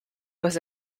was